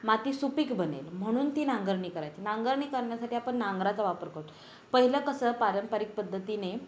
माती सुपीक बनेल म्हणून ती नांगरणी करायची नांगरणी करण्यासाठी आपण नांगराचा वापर करतो पहिलं कसं पारंपरिक पद्धतीने